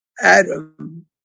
Adam